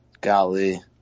Golly